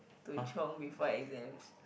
to chiong before exams